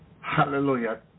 hallelujah